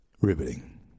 riveting